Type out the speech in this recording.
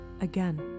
again